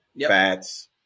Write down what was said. Fats